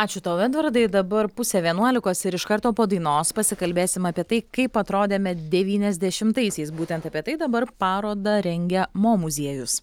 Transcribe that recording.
ačiū tau edvardai dabar pusė vienuolikos ir iš karto po dainos pasikalbėsim apie tai kaip atrodėme devyniasdešimtaisiais būtent apie tai dabar parodą rengia mo muziejus